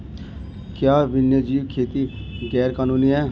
क्या वन्यजीव खेती गैर कानूनी है?